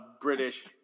British